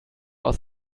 aus